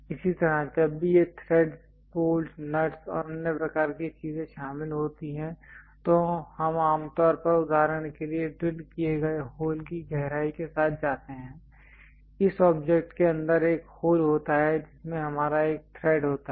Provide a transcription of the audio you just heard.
इसी तरह जब भी ये थ्रेडस् बोल्ट्स नट्स और अन्य प्रकार की चीजें शामिल होती हैं तो हम आमतौर पर उदाहरण के लिए ड्रिल किए गए होल की गहराई के साथ जाते हैं इस ऑब्जेक्ट के अंदर एक होल होता है जिसमें हमारा एक थ्रेड होता है